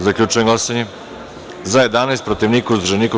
Zaključujem glasanje: za - 11, protiv - niko, uzdržanih - nema.